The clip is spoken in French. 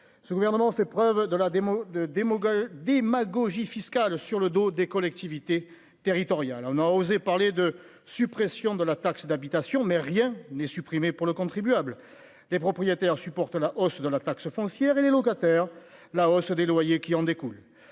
ce gouvernement fait preuve de la démo de démagogie démagogie fiscale sur le dos des collectivités territoriales, on a osé parler de suppression de la taxe d'habitation, mais rien n'est supprimé pour le contribuable, les propriétaires supporte la hausse de la taxe foncière et les locataires, la hausse des loyers qui en découlent,